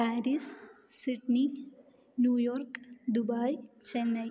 Paris Sydney New York Dubai Chennai